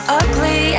ugly